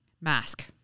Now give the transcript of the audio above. mask